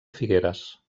figueres